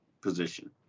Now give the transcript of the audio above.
position